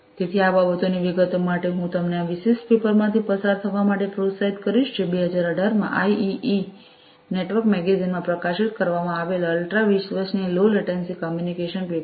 તેથી આ બાબતોની વિગતો માટે હું તમને આ વિશિષ્ટ પેપરમાંથી પસાર થવા માટે પ્રોત્સાહિત કરીશ જે 2018 માં આઈઇઇઇ નેટવર્ક મેગેઝિન માં પ્રકાશિત કરવામાં આવેલ અલ્ટ્રા વિશ્વસનીય લો લેટન્સી કમ્યુનિકેશન પેપર છે